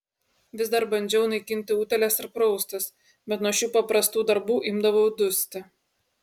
vis dar bandžiau naikinti utėles ir praustis bet nuo šių paprastų darbų imdavau dusti